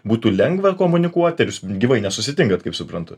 būtų lengva komunikuoti gyvai nesusitinkat kaip suprantu